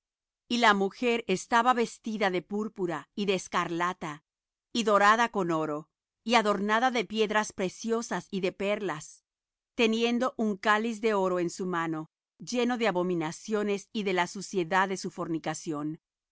y la mujer estaba vestida de púrpura y de escarlata y dorada con oro y adornada de piedras preciosas y de perlas teniendo un cáliz de oro en su mano lleno de abominaciones y de la suciedad de su fornicación